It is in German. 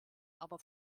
aber